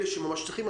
אלה שממש צריכים.